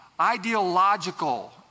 ideological